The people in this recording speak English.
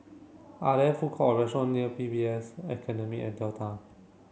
are there food court or restaurant near P S B Academy at Delta